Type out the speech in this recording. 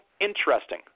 Interesting